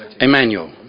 Emmanuel